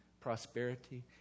prosperity